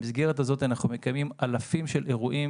במסגרת הזאת אנחנו מקיימים אלפים של אירועים